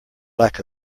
lack